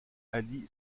ali